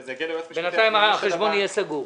וזה יגיע ליועץ משפטי -- בינתיים החשבון יהיה סגור.